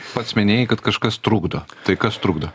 pats minėjai kad kažkas trukdo tai kas trukdo